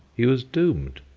he was doomed,